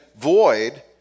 void